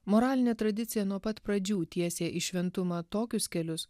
moralinė tradicija nuo pat pradžių tiesė į šventumą tokius kelius